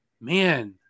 man